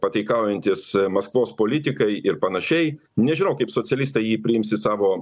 pataikaujantis maskvos politikai ir panašiai nežinau kaip socialistai jį priims į savo